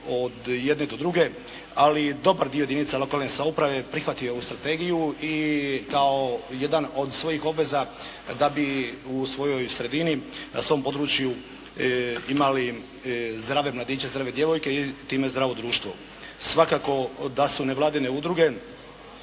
od jedne do druge, ali dobar dio jedinica lokalne samouprave je prihvatio ovu strategiju i kao jedan od svojih obveza da bi u svojoj sredini, na svom području imali zdrave mladiće, zdrave djevojke, time zdravo društvo. Svakako da su nevladine udruge,